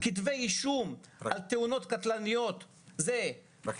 כתבי אישום על תאונות קטלניות בפרקליטות,